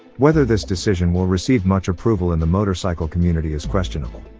whether this decision will receive much approval in the motorcycle community is questionable.